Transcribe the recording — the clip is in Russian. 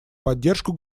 поддержку